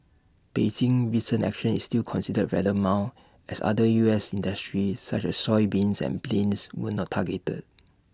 Beijing's recent action is still considered rather mild as other U S industries such as soybeans and planes were not targeted